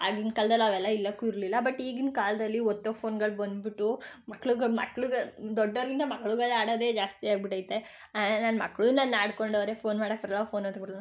ಆಗಿನ ಕಾಲ್ದಲ್ಲಿ ಅವೆಲ್ಲ ಇರೋಕ್ಕೂ ಇರಲಿಲ್ಲ ಬಟ್ ಈಗಿನ ಕಾಲದಲ್ಲಿ ಒತ್ತೋ ಫೋನ್ಗಳು ಬಂದ್ಬಿಟ್ಟು ಮಕ್ಳುಗೆ ಮಕ್ಳುಗಳು ದೊಡ್ಡೋವ್ರಿಗಿಂತ ಮಕ್ಳುಗಳು ಆಡೋದೇ ಜಾಸ್ತಿ ಆಗ್ಬಿಟೈತೆ ನನ್ನ ಮಕ್ಕಳೂ ನನ್ನ ಅಡಿಕೊಂಡವ್ರೆ ಫೋನ್ ಮಾಡಕ್ಕೆ ಬರೋಲ್ಲ ಫೋನ್ ಒತ್ತಕ್ಕೆ ಬರೋಲ್ಲ